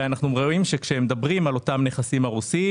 אנחנו רואים שכשמדברים על אותם נכסים הרוסים,